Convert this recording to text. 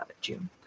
June